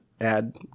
add